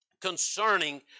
concerning